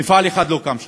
מפעל אחד לא קם שם.